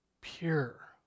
Pure